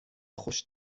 خوش